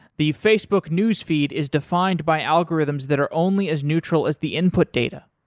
the facebook news feed is defined by algorithms that are only as neutral as the input data.